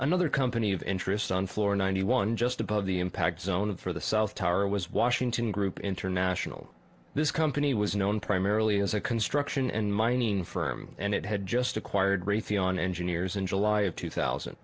another company of interest on floor ninety one just above the impact zone for the south tower was washington group international this company was known primarily as a construction and mining firm and it had just acquired raytheon engineers in july of two thousand